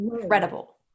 incredible